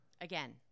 Again